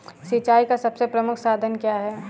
सिंचाई का सबसे प्रमुख साधन क्या है?